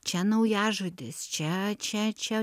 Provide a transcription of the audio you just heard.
čia naujažodis čia čia čia